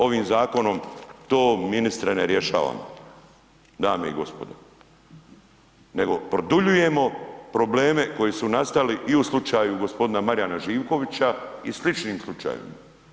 Ovim zakonom to ministre ne rješavamo, dame i gospodo, nego produljujemo probleme koji su nastali i u slučaju gospodina Marijana Živkovića i sličnim slučajevima.